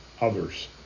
others